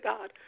God